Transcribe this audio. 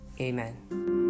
Amen